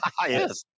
yes